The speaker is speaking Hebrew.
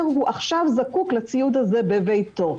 התלמיד עכשיו זקוק לציוד הזה בביתו.